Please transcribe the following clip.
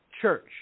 church